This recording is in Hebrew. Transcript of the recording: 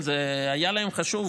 היה להם חשוב,